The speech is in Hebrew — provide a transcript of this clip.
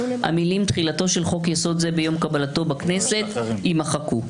המילים: "תחילתו של חוק-יסוד זה ביום קבלתו בכנסת" יימחקו.